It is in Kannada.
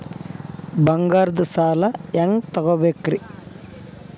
ಬಂಗಾರದ್ ಸಾಲ ಹೆಂಗ್ ತಗೊಬೇಕ್ರಿ?